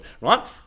right